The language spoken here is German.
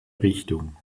richtung